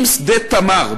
אם שדה "תמר",